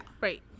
Right